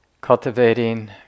cultivating